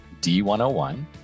D101